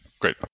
great